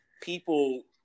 people